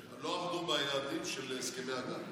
זה נכון שלא עמדו ביעדים של הסכמי הגג,